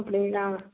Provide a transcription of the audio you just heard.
அப்படிங்களா